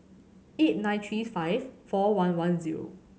eight nine three five four one one zero